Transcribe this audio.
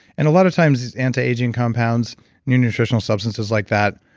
and a lot of times, the anti-aging compounds, new nutritional substances like that,